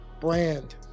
brand